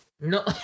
No